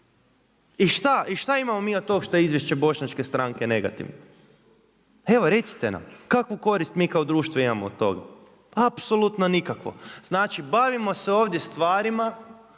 I šta mi imamo o toga što je izvješće Bošnjačke stranke negativno? Evo recite nam, kakvu korist mi kao društvo imamo od toga? Apsolutno nikakvo. Znači, bavimo se ovdje stvarima